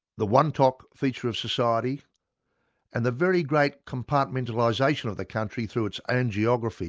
the wontok feature of society and the very great compartmentalisation of the country through its own geography